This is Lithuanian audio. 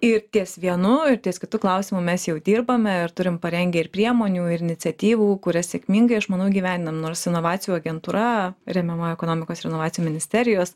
ir ties vienu ir ties kitu klausimu mes jau dirbame ir turim parengę ir priemonių ir iniciatyvų kurias sėkmingai aš manau įgyvendinam nors inovacijų agentūra remiama ekonomikos ir inovacijų ministerijos